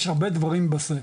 יש הרבה דברים ב"זה",